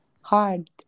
hard